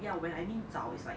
ya when I mean 早 is like